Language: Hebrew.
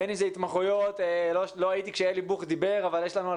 בין אם זה התמחויות לא הייתי כאן כאשר אלי בוך דיבר אבל יש לנו על